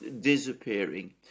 disappearing